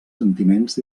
sentiments